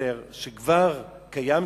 חצר שקיימת כבר שנים.